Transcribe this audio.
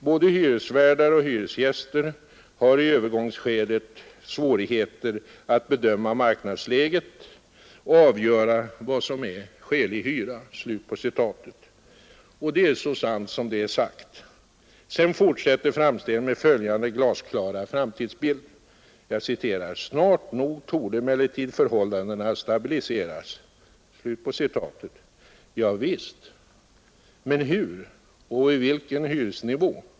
Både hyresvärdar och hyresgäster har i övergångsskedet svårigheter att bedöma marknadsläget och att avgöra vad som är skälig hyra.” Det är så sant som det är sagt. Sedan fortsätter framställningen med följande glasklara framtidsbild: ”Snart nog torde emellertid förhållandena stabiliseras.” Javisst — men hur och vid vilken hyresnivå?